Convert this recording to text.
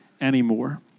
anymore